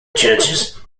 churches